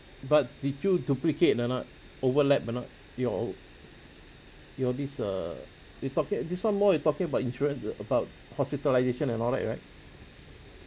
but the two duplicate or not overlap or not your oh your this err they talking this one more you talking about insurance uh about hospitalisation and all that right